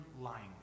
lying